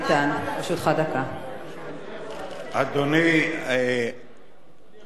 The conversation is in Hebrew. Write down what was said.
אדוני השר המופקד על ענייני הדתות,